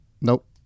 Nope